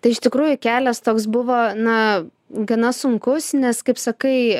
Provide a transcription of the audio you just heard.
tai iš tikrųjų kelias toks buvo na gana sunkus nes kaip sakai